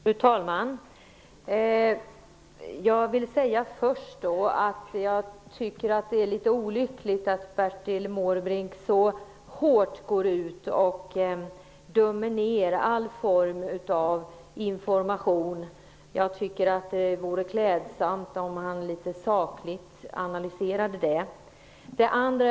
Fru talman! Jag vill först säga att jag tycker att det är litet olyckligt att Bertil Måbrink går ut så hårt och utdömer all form av information. Det vore klädsamt om han gjorde en litet mer saklig analys.